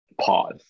pause